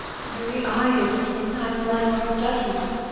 our very eyes are sometimes, like our judgments,